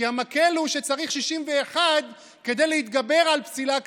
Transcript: כי המקל הוא שצריך 61 כדי להתגבר על פסילה כזאת.